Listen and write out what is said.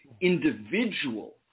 individual